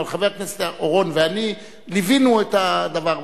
אבל חבר הכנסת אורון ואני ליווינו את הדבר.